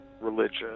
religion